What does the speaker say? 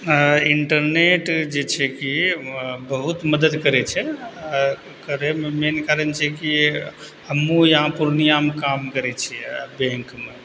internet जे छै कि बहुत मदद करय छै करयमे मेन कारण छै कि हमहुँ यहाँ पूर्णियाँमे काम करय छियै बैंकमे